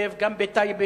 בנגב וגם טייבה?